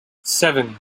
seven